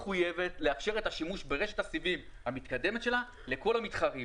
לאפשר את השימוש ברשת הסיבים המתקדמת שלה לכל המתחרים.